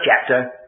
chapter